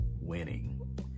winning